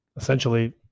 essentially